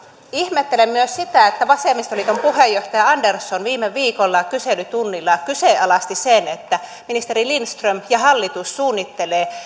ihmettelen myös sitä että vasemmistoliiton puheenjohtaja andersson viime viikolla kyselytunnilla kyseenalaisti sen että ministeri lindström ja hallitus suunnittelevat